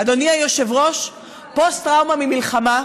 אדוני היושב-ראש, פוסט-טראומה ממלחמה,